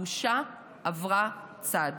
הבושה עברה צד.